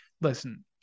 listen